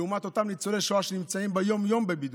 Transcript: לעומת אותם ניצולי שואה שנמצאים ביום-יום בבידוד,